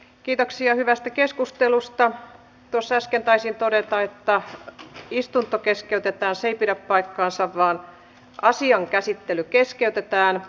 kiitoksia hyvästä keskustelusta rosas keväisin todeta että istunto keskeytyi taas ei pidä paikkaansa vaan asian käsittely keskeytetään